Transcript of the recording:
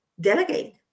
delegate